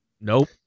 Nope